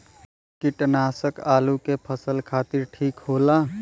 कीटनाशक आलू के फसल खातिर ठीक होला